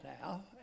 now